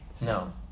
No